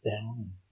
down